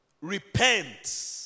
Repent